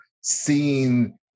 seeing